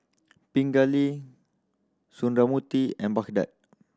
Pingali Sundramoorthy and Bhagat